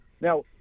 now